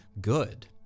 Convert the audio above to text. good